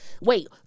Wait